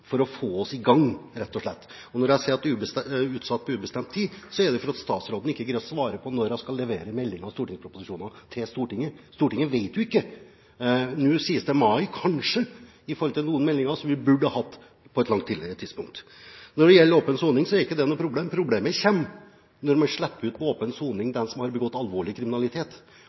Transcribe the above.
for å få oss i gang, rett og slett. Og når jeg sier at det er utsatt på ubestemt tid, er det fordi statsråden ikke greier å svare på når hun skal levere meldinger og stortingsproposisjoner til Stortinget. Stortinget vet jo ikke. Nå sies det mai – kanskje – om noen meldinger, som vi burde ha hatt på et langt tidligere tidspunkt. Når det gjelder åpen soning, er ikke det noe problem. Problemet kommer når de som har begått alvorlig kriminalitet, slipper ut etter åpen soning.